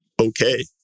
okay